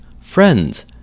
Friends